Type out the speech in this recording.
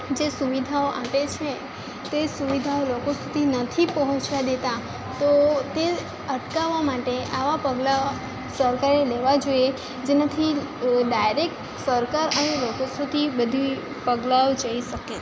જે સુવિધાઓ આપે છે તે સુવિધાઓ લોકો સુધી નથી પહોંચવા દેતા તો તે અટકાવા માટે આવા પગલાં સરકારે લેવા જોઈએ જેનાથી ડાયરેક સરકાર અને લોકો સુધી બધી પગલાંઓ જઈ શકે